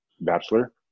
bachelor